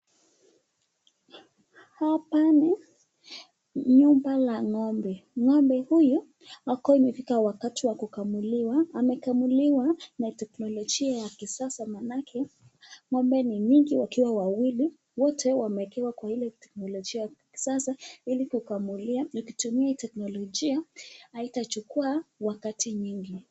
Hapa ni nyumba la ng'ombe. Ng'ombe huyu, wako imefika wakati wa kukamuliwa. Amekamuliwa na teknolojia ya kisasa, maanake ng'ombe ni mingi, wakiwa wawili wote wamewekewa kwa ile teknolojia ya kisasa ili kukamuliwa. Ukitumia hii teknolojia haitachukua wakati mwingi.